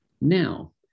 Now